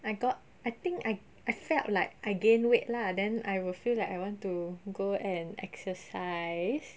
I got I think I I felt like I gain weight lah then I will feel like I want to go and exercise